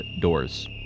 doors